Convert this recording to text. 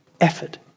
effort